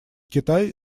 китай